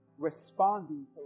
Responding